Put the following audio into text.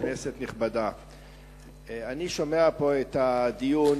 כנסת נכבדה, אני שומע פה את הדיון,